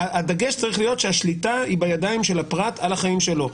הדגש צריך להיות שהשליטה היא בידיים של הפרט על החיים שלו.